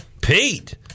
Pete